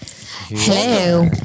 Hello